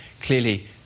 Clearly